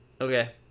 okay